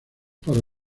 para